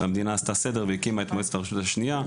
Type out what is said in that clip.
המדינה עשתה סדר והקימה את מועצת הרשות השנייה,